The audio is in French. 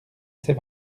ses